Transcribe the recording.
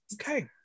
Okay